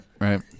right